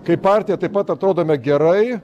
kaip partija taip pat atrodome gerai